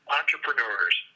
entrepreneurs